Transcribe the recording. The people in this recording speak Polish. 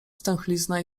stęchlizna